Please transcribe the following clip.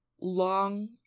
long